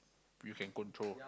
you can control